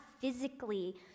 physically